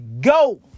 go